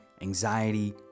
anxiety